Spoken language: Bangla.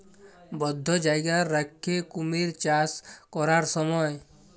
বধ্য জায়গায় রাখ্যে কুমির চাষ ক্যরার স্যময়